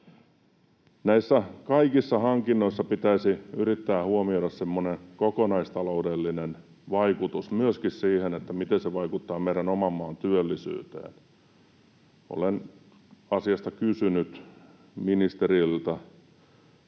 Näissä kaikissa hankinnoissa pitäisi yrittää huomioida semmoinen kokonaistaloudellinen vaikutus myöskin siinä, miten se vaikuttaa meidän oman maan työllisyyteen. Olen asiasta kysynyt ministeriltä